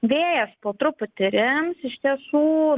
vėjas po truputį rims iš tiesų